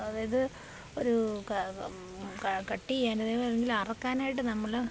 അതായത് ഒരു കട്ട് ചെയ്യാനോ അല്ലെങ്കിൽ അറക്കാനായിട്ട് നമ്മള്